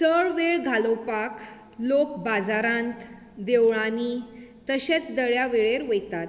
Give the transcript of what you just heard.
चड वेळ घालोवपाक लोक बाजारांत देवळांनी तशेंच दर्या वेळेर वयतात